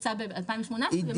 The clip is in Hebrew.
יצא ב-2018.